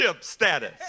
status